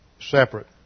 separate